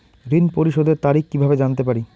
ঋণ পরিশোধের তারিখ কিভাবে জানতে পারি?